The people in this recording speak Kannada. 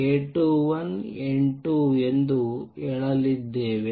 A21N2 ಎಂದು ಹೇಳಿದ್ದೇವೆ